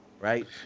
right